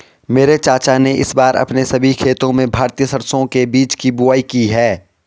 मेरे चाचा ने इस बार अपने सभी खेतों में भारतीय सरसों के बीज की बुवाई की है